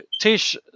Tish